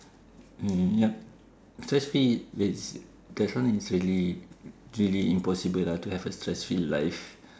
mm yup firstly wait it's there's one is silly really impossible lah to have a stress free life